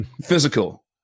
physical